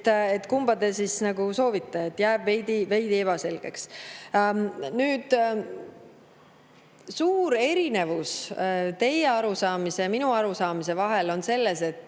Kumba te soovite? Jääb veidi ebaselgeks. Suur erinevus teie arusaamise ja minu arusaamise vahel on see,